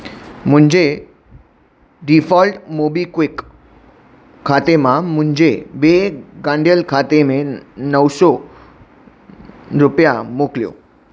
मुंहिंजे default MobiKwik खाते मां मुंहिंजे ॿिए ॻंढियल खाते में नव सौ रुपिया मोकिलियो